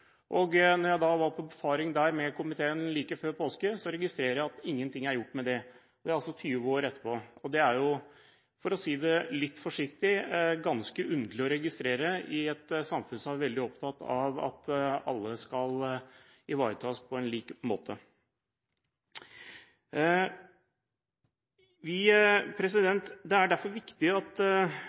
jeg var på befaring der med komiteen like før påske, registrerte jeg at ingenting er gjort med det – altså 20 år etter. Dette er, for å si det litt forsiktig, ganske underlig å registrere i et samfunn som er veldig opptatt av at alle skal ivaretas på en lik måte. Det er derfor viktig at